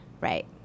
Right